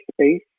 space